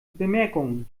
bemerkungen